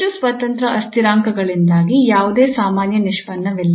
ಹೆಚ್ಚು ಸ್ವತಂತ್ರ ಅಸ್ಥಿರಾಂಕಗಳಿಂದಾಗಿ ಯಾವುದೇ ಸಾಮಾನ್ಯ ನಿಷ್ಪನ್ನವಿಲ್ಲ